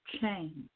Change